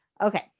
Okay